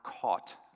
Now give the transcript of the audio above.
caught